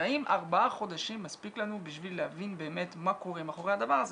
והאם ארבעה חודשים מספיק לנו כדי להבין באמת מה קורה מאחורי הדבר הזה.